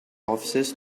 officers